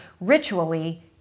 ritually